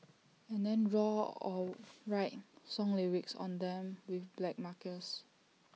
and then draw or write song lyrics on them with black markers